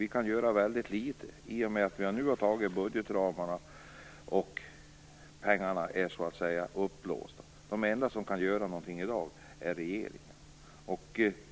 Vi kan göra väldigt litet i och med att budgetramarna nu är fastställda och pengarna upplåsta. Den enda som kan göra någonting i dag är regeringen.